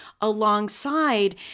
alongside